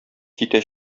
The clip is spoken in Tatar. китә